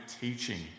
teaching